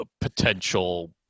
potential